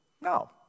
no